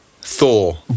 Thor